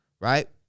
right